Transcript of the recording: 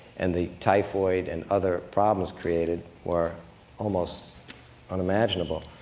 and the typhoid and other problems created were almost unimaginable.